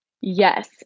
Yes